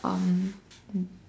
um